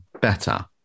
better